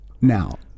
now